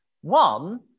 One